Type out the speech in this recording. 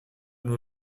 nur